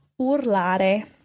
urlare